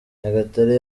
nyagatare